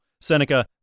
Seneca